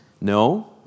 No